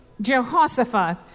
Jehoshaphat